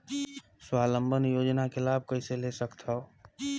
स्वावलंबन योजना के लाभ कइसे ले सकथव?